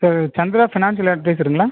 sir இது Chandra financial அட்வைஸருங்களா